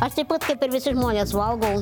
aš taip pat kaip ir visi žmonės valgau